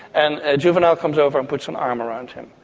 and a juvenile comes over and puts an arm around him.